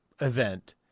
event